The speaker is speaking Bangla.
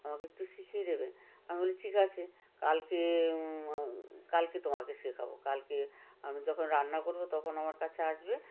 আমাকে একটু শিখিয়ে দেবে আমি বলি ঠিক আছে কালকে কালকে তোমাকে শেখাবো কালকে আমি যখন রান্না করবো তখন আমার কাছে আসবে